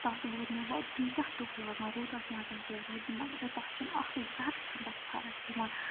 تَتھ وٲتۍ مےٚ ووٚں کیٖتیٛاہ دۄہ لاگان روٗدَس منٛز تہِ رَبہِ منٛز تہِ تَتھ چھُنہٕ اَکھ زَرٕ چھُنہٕ تَتھ فَرَق یِوان